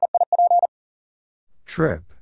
Trip